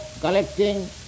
collecting